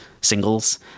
singles